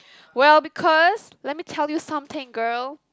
well because let me tell you something girl